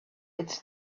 its